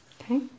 Okay